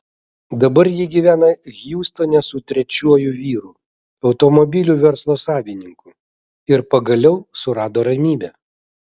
dabar ji gyvena hjustone su trečiuoju vyru automobilių verslo savininku ir pagaliau surado ramybę